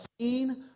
seen